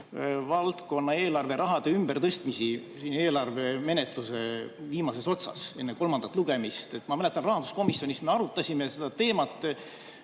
valdkonna eelarveraha ümbertõstmisi eelarve menetluse viimases otsas ehk enne kolmandat lugemist. Ma mäletan, et rahanduskomisjonis me arutasime seda teemat.